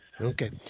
Okay